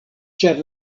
ĉar